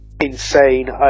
insane